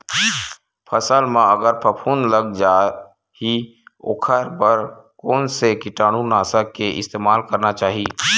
फसल म अगर फफूंद लग जा ही ओखर बर कोन से कीटानु नाशक के इस्तेमाल करना चाहि?